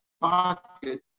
pocket